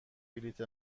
بلیط